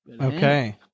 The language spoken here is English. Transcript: Okay